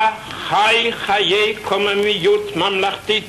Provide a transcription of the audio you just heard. בה חי חיי קוממיות ממלכתית,